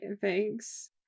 Thanks